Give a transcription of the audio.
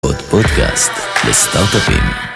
עוד פודקאסט, לסטארט-אפים.